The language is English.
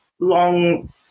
long